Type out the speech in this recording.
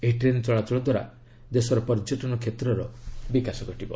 ଏହି ଟ୍ରେନ୍ ଚଳାଚଳ ଦ୍ୱାରା ଦେଶର ପର୍ଯ୍ୟଟନ କ୍ଷେତ୍ରର ବିକାଶ ଘଟିବ